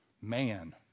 Man